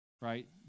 right